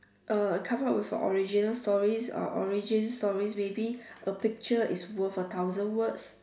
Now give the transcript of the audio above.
uh come out with an original story or origin stories maybe a picture is worth a thousand words